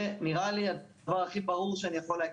זה נראה לי הדבר הכי ברור שאני יכול לעדכן,